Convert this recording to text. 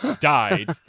died